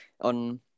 on